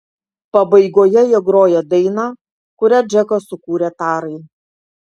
pabaigoje jie groja dainą kurią džekas sukūrė tarai